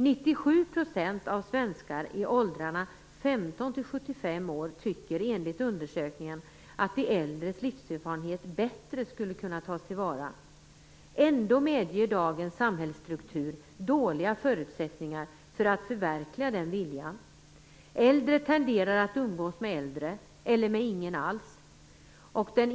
97 % av svenskarna i åldrarna 15-75 år tycker enligt undersökningen att de äldres livserfarenhet bättre skulle kunna tas till vara. Ändå ger dagens samhällsstruktur dåliga förutsättningar för att förverkliga den viljan. Äldre tenderar att umgås med äldre eller med ingen alls, och den